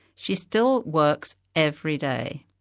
she still works every day.